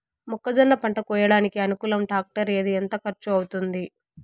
మొక్కజొన్న పంట కోయడానికి అనుకూలం టాక్టర్ ఏది? ఎంత ఖర్చు అవుతుంది?